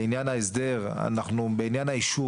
שהוא יכול להסמיך מישהו